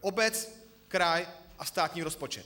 Obec, kraj a státní rozpočet.